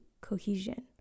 cohesion